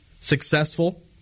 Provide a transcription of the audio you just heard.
successful